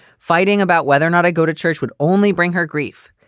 fighting about whether or not i go to church would only bring her grief.